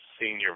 senior